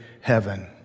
heaven